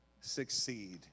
succeed